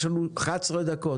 יש לנו 11 דקות.